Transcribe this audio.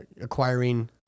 acquiring